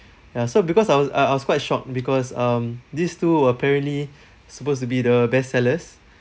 ya so because I was uh I was quite shocked because um these two apparently supposed to be the best sellers